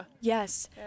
Yes